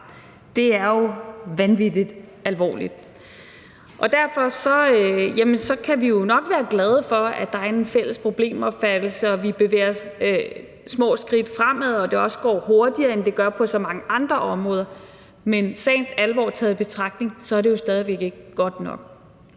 Det er jo vanvittig alvorligt. Derfor kan vi jo nok være glade for, at der er en fælles problemopfattelse, at vi bevæger os fremad med små skridt, og at det også går hurtigere, end det gør på så mange andre områder, men sagens alvor taget i betragtning er det jo stadig væk ikke godt nok.